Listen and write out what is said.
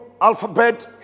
alphabet